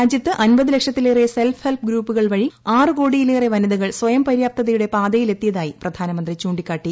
രാജ്യത്ത് അൻപത് ലക്ഷത്തിലേറെ സെൽഫ് ഹെൽപ്പ് ഗ്രൂപ്പുകൾ വഴി ആറുകോടിയിലേറെ വനിതകൾ സ്വയം പര്യാപ്തതയുടെ ് പാതയിലെത്തിയതായി പ്രധാനമന്ത്രി ചൂ ിക്കാട്ടി